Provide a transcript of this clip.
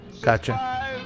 Gotcha